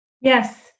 Yes